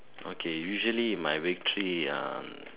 okay usually my victory um